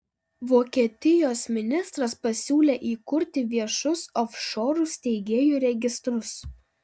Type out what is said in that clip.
vokietijos ministras pasiūlė įkurti viešus ofšorų steigėjų registrus